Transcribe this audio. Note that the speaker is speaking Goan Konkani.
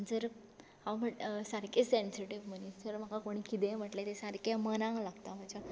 जर हांव सामकें सेंसिटीव मनीस जर म्हाका कितेंय म्हणलें तें सारकें मनाक लागता म्हज्या